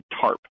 TARP